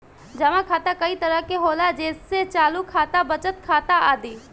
जमा खाता कई तरह के होला जेइसे चालु खाता, बचत खाता आदि